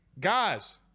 guys